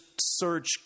search